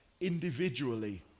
individually